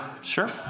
Sure